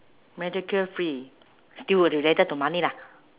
medical free still related to money lah